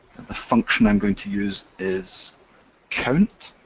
the function i'm going to use is count,